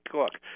look